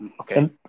okay